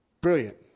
Brilliant